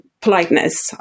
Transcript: politeness